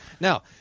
Now